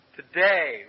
today